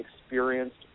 experienced